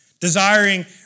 Desiring